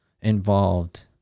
involved